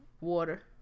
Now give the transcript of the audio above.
Water